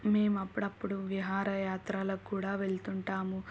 మేము అప్పుడప్పుడు విహారయాత్రలకు కూడా వెళ్తుంటాము